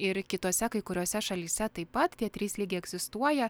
ir kitose kai kuriose šalyse taip pat tie trys lygiai egzistuoja